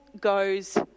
goes